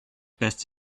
best